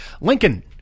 Lincoln